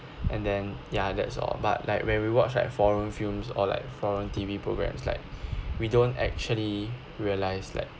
and then ya that's all but like when we watch like foreign films or like foreign T_V programmes like we don't actually realised like